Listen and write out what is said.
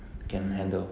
mm